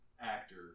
actor